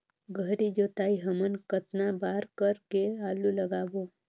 गहरी जोताई हमन कतना बार कर के आलू लगाबो?